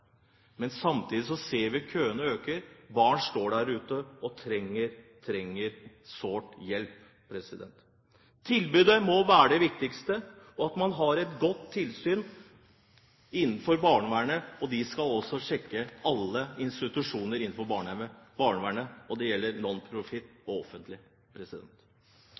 Men samtidig ser vi at køene øker, at barn står der ute og trenger sårt hjelp. Tilbudet må være det viktigste. Man må også ha et godt tilsyn innenfor barnevernet, og de skal sjekke alle institusjoner innenfor barnevernet, det gjelder både nonprofit- og